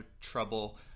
trouble